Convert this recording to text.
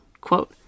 quote